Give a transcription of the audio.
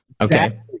Okay